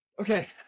okay